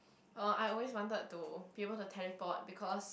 oh I always wanted to be able to teleport because